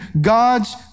God's